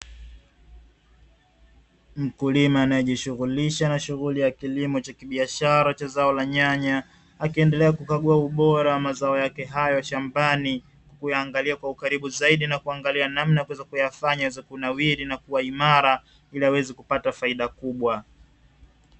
Mkulima anayejishughulisha na shughuli ya kilimo cha kibiashara cha zao la nyanya, akiendelea kukagua ubora wa mazao yake hayo shambani. Kuyaangalia kwa ukaribu zaidi na kuangalia namna ya kuyafanya yaweze kunawiri na kua imara, ili aweze kupata faida kubwa.